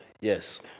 Yes